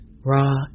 raw